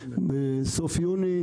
בסוף יוני,